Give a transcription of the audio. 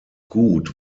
gut